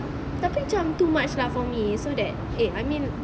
tapi cam too much lah for me so that eh I mean